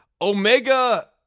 Omega